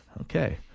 Okay